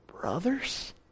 brothers